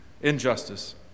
injustice